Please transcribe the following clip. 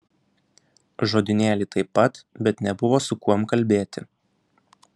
žodynėlį taip pat bet nebuvo su kuom kalbėti